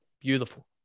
beautiful